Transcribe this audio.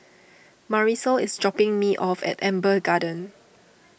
Marisol is dropping me off at Amber Gardens